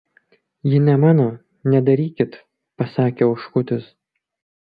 ji ne mano nedarykit pasakė oškutis